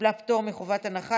קיבלה פטור מחובת הנחה.